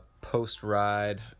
post-ride